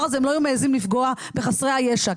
הזה הם לא היו מעזים לפגוע בחסרי הישע,